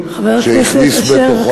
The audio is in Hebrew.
שהכניסו בתוכו,